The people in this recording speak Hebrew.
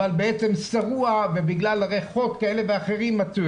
אבל שרוע בגלל ריחות כאלה ואחרים.